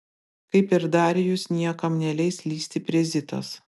kaip ir darijus niekam neleis lįsti prie zitos